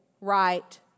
right